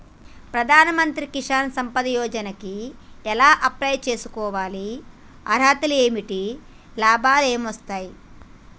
ప్రధాన మంత్రి కిసాన్ సంపద యోజన కి ఎలా అప్లయ్ చేసుకోవాలి? అర్హతలు ఏంటివి? లాభాలు ఏమొస్తాయి?